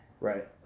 Right